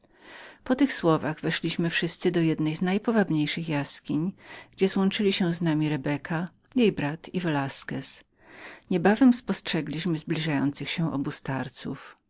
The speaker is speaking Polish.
po tych słowach weszliśmy wszyscy do jednej z najpowabniejszych jaskiń i niebawem spostrzegliśmy zbliżających się obu